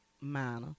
minor